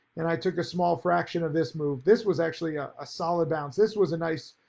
and i took a small fraction of this move. this was actually ah a solid bounce. this was a nice,